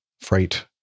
freight